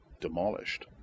demolished